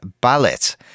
ballot